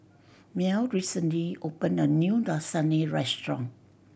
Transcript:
Mel recently opened a new Lasagne Restaurant